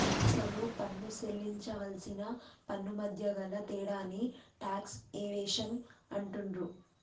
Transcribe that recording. అసలు పన్ను సేల్లించవలసిన పన్నుమధ్య గల తేడాని టాక్స్ ఎవేషన్ అంటుండ్రు